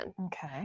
Okay